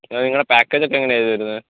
ആ നിങ്ങളെ പേക്കേജക്കെ എങ്ങനാണ് ഇത് വരുന്നത്